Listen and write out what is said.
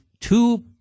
two